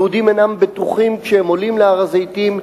יהודים אינם בטוחים כשהם עולים להר-הזיתים,